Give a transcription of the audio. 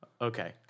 Okay